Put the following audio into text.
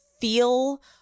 feel